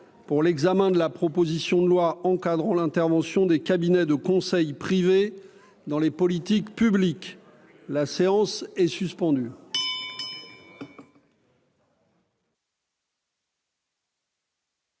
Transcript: pour l'examen de la proposition de loi encadrant l'intervention des cabinets de conseil privés dans les politiques publiques, la séance est suspendue.